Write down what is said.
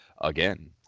again